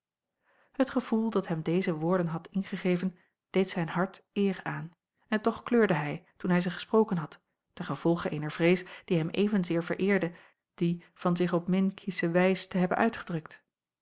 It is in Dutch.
het gevoel dat hem deze woorden had ingegeven deed zijn hart eer aan en toch kleurde hij toen hij ze gesproken had ten gevolge eener vrees die hem evenzeer vereerde die van zich op min kiesche wijs te hebben uitgedrukt